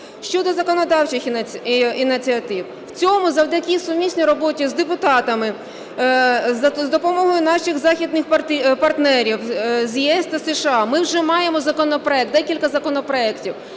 Щодо законодавчих ініціатив. В цьому завдяки сумісній роботі з депутатами, з допомогою наших західних партнерів з ЄС та США ми вже маємо законопроект, декілька законопроектів.